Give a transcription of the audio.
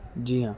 جی ہاں